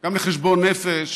גם לחשבון נפש